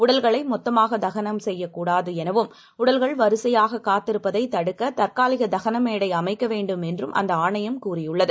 உடல்களைமொத்தமாகதகனம்செய்யகூடாதுஎனவும்உடல்கள்வரிசையாக காத்திருப்பதைதடுக்கதற்காலிகதகனமேடைஅமைக்கவேண்டும்என்றும்அந்த ஆணையம்கூறியுள்ளது